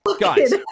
Guys